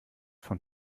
von